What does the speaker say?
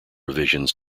revisions